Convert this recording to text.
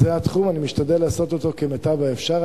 זה התחום, אני משתדל לעשות אותו כמיטב האפשר.